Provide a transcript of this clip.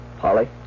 Polly